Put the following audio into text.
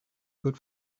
good